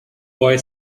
boy